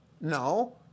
No